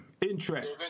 interest